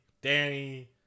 Danny